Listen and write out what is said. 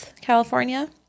California